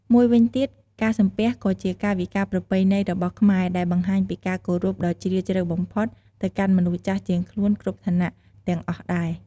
មួយវិញទៀត ការសំពះ ក៏ជាកាយវិការប្រពៃណីរបស់ខ្មែរដែលបង្ហាញពីការគោរពដ៏ជ្រាលជ្រៅបំផុតទៅកាន់មនុស្សចាស់ជាងខ្លួនគ្រប់ឋានៈទាំងអស់ដែរ។